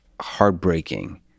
heartbreaking